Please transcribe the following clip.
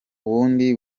ubundi